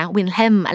William